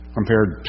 compared